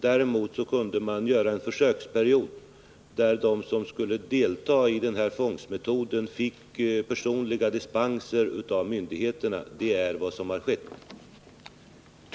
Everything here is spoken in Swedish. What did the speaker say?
Däremot kunde man gå med på en försöksperiod, under vilken de som skulle delta i den här fångsten fick personliga dispenser av myndigheterna. Det är vad som har skett.